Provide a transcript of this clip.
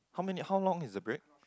how many how long is the break